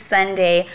Sunday